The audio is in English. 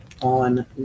on